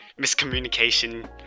miscommunication